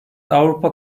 avrupa